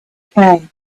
came